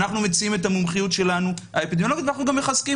אנחנו מציעים את המומחיות האפידמיולוגית שלנו ואנחנו גם מחזקים